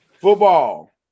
football